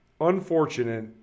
unfortunate